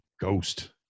Ghost